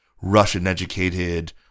Russian-educated